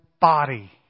body